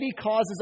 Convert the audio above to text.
causes